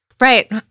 Right